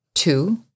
Two